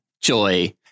Joy